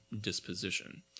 disposition